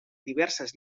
diverses